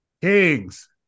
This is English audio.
Kings